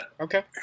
Okay